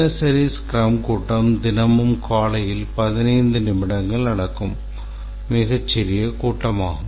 தினசரி ஸ்க்ரம் கூட்டம் தினமும் காலையில் பதினைந்து நிமிடங்கள் நடக்கும் மிகச் சிறிய கூட்டமாகும்